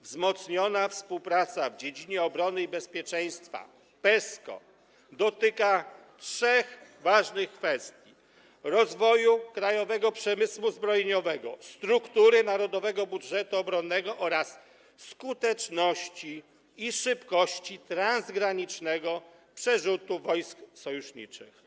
Wzmocniona współpraca w dziedzinie obrony i bezpieczeństwa - PESCO dotyka trzech ważnych kwestii: rozwoju krajowego przemysłu zbrojeniowego, struktury narodowego budżetu obronnego oraz skuteczności i szybkości transgranicznego przerzutu wojsk sojuszniczych.